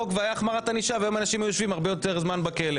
והייתה החמרת ענישה והיום אנשים היו יושבים הרבה יותר זמן בכלא.